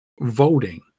Voting